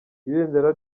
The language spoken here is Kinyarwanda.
ibendera